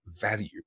value